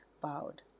bowed